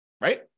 Right